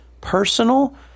personal